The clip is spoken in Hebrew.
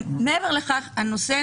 מעבר לכך, הנושא